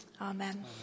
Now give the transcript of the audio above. Amen